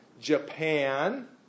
Japan